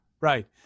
right